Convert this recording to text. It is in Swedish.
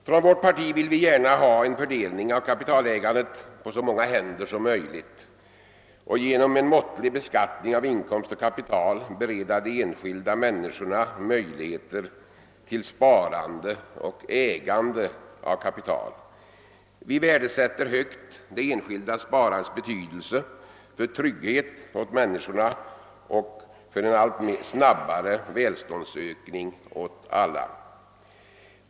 Från vårt parti vill vi gärna ha en fördelning av kapitalägandet på så många händer som möjligt och genom en måttlig beskattning av inkomst och kapital bereda de enskilda människorna möjligheter till sparande och ägande av kapital. Vi värdesätter högt det enskilda sparandets betydelse för trygghet åt människorna och för en allt snabbare välståndsökning för alla.